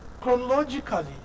chronologically